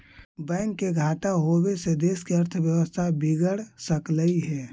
bank के घाटा होबे से देश के अर्थव्यवस्था बिगड़ सकलई हे